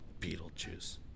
Beetlejuice